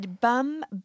bum